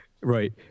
Right